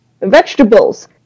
vegetables